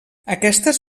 aquestes